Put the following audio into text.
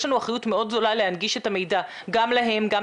יש לנו אחריות מאוד גדולה להנגיש את המידע גם להם וגם